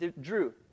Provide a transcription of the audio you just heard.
Drew